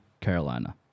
Carolina